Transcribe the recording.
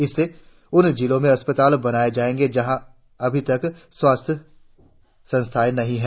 इससे उन जिलों में अस्पताल बनाए जाएंगे जहां अभी तक स्वास्थ्य संस्थाएं नहीं है